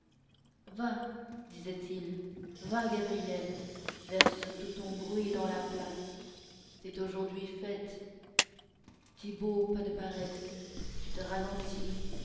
va disait-il va gabrielle verse tout ton bruit dans la place c'est aujourd'hui fête thibauld pas de paresse tu te ralentis